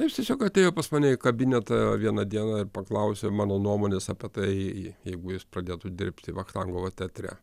ne jis tiesiog atėjo pas mane į kabinetą vieną dieną ir paklausė mano nuomonės apie tai jeigu jis pradėtų dirbti vachtangovo teatre